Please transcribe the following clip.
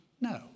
No